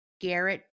Garrett